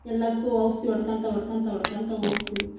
ಎಲ್ಲದಕ್ಕು ಔಷ್ಧಿ ಹೊಡ್ಕೋತ ಹೊಡ್ಕೋತ ಹೊಡ್ಕೋತ ಹೋಗ್ತಿವಿ